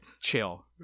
chill